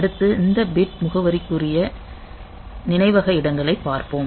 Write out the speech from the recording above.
அடுத்து இந்த பிட் முகவரிக்குரிய நினைவக இடங்களைப் பார்ப்போம்